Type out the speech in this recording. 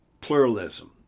Pluralism